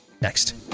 Next